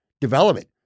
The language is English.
development